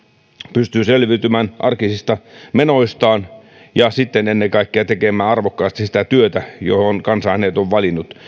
pystyy selviytymään arkisista menoistaan ja sitten ennen kaikkea tekemään arvokkaasti sitä työtä johon kansa hänet on valinnut